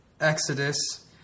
Exodus